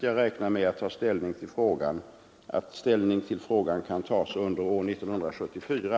Jag räknar med att ställning till frågan kan tas under år 1974.